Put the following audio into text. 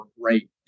great